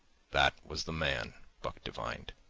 that was the man, buck divined,